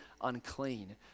unclean